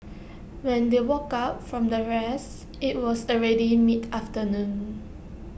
when they woke up from their rest IT was already mid afternoon